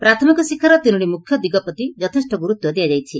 ପ୍ରାଥମିକ ଶିକ୍ଷାର ତିନୋଟି ମୁଖ୍ୟ ଦିଗ ପ୍ରତି ଯଥେଷ୍ ଗୁରୁତ୍ ଦିଆଯାଇଛି